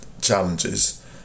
challenges